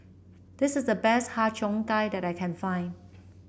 this is the best Har Cheong Gai that I can find